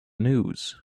news